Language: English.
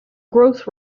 growth